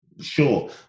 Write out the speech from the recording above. sure